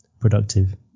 productive